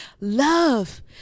Love